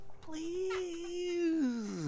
Please